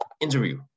interview